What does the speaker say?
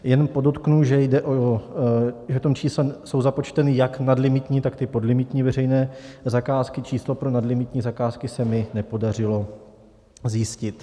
Jen podotknu, že v tom čísle jsou započteny jak nadlimitní, tak ty podlimitní veřejné zakázky, číslo pro nadlimitní zakázky se mi nepodařilo zjistit.